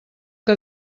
que